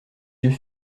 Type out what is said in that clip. yeux